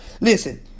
Listen